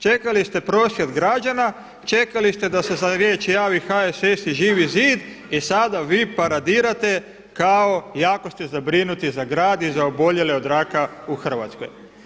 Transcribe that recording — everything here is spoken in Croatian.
Čekali ste prosvjed građana, čekali ste da se za riječ javi HSS i Živi zid i sada vi paradirate kao jako te zabrinuti za grad i za oboljele o raka u Hrvatskoj.